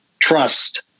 trust